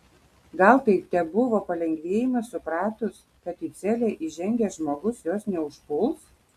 gal tai tebuvo palengvėjimas supratus kad į celę įžengęs žmogus jos neužpuls